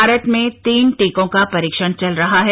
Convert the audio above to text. भारत में तीन टीकों का परीक्षण चल रहा है